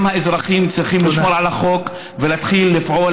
גם האזרחים צריכים לשמור על החוק ולהתחיל לפעול